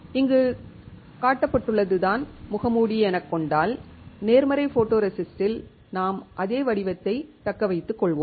இங்கு காட்டப்பட்டுள்ளது தான் முகமூடி எனக் கொண்டால் நேர்மறை ஃபோட்டோரெசிஸ்ட்டில் நாம் அதே வடிவத்தைத் தக்கவைத்துக்கொள்வோம்